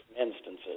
instances